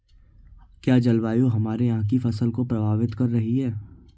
क्या जलवायु हमारे यहाँ की फसल को प्रभावित कर रही है?